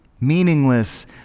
Meaningless